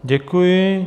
Děkuji.